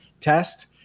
test